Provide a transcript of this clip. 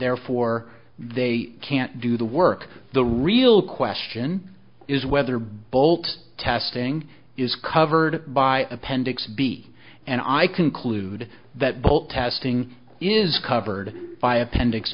therefore they can't do the work the real question is whether bolt testing is covered by appendix b and i conclude that both testing is covered by appendix